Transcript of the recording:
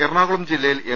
എറണാകുളം ജില്ലയിൽ എം